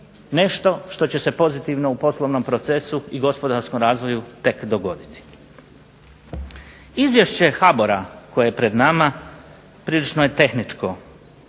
nešto što će se pozitivno u poslovnom procesu i gospodarskom razvoju tek dogoditi. Izvješće HBOR-a koje je pred nama prilično je tehničko,